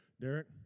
Derek